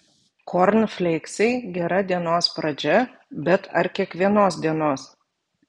kornfleiksai gera dienos pradžia bet ar kiekvienos dienos